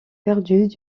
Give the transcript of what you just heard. perdues